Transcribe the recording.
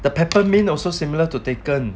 the peppermint also similar to taken